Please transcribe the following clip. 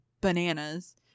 bananas